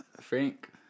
Frank